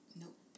nope